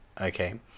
Okay